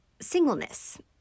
singleness